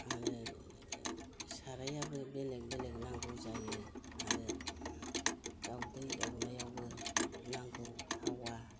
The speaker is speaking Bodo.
आरो सारायाबो बेलेग बेलेग नांगौ जायो आरो दाउदै एवनायावबो नांगौ थावा